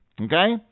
okay